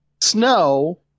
snow